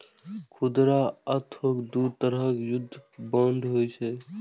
खुदरा आ थोक दू तरहक युद्ध बांड होइ छै